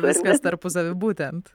viskas tarpusavy būtent